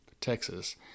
Texas